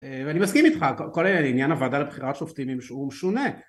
ואני מסכים איתך כל העניין הוועדה לבחירת שופטים הוא משונה